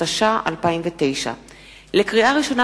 התש"ע 2009. לקריאה ראשונה,